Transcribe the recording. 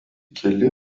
keli